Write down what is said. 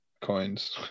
coins